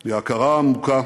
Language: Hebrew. זה הכרה עמוקה